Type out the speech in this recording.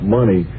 money